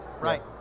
Right